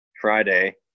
friday